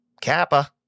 Kappa